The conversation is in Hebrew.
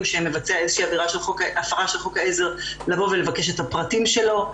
שהוא מבצע איזושהי עבירה של הפרת חוקי העזר לבקש את הפרטים שלו,